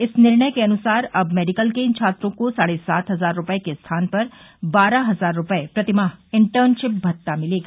इस निर्णय के अनुसार अब मेडिकल के इन छात्रों को साढ़े सात हजार रूपये के स्थान पर बारह हजार रूपये प्रतिमाह इंटर्नशिप भत्ता मिलेगा